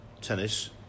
tennis